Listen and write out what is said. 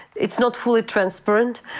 it's not fully transparent,